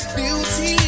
beauty